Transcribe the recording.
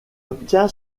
obtient